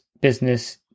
business